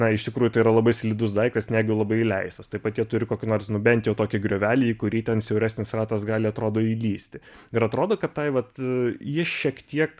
na iš tikrųjų tai yra labai slidus daiktas jeigu labai įleistas taip pat jie turi kokį nors nu bent jau tokį griovelį į kurį ten siauresnis ratas gali atrodo įlįsti ir atrodo kad tai vat jis šiek tiek